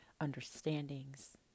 understandings